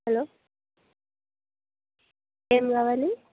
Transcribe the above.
hello ఏం కావాలి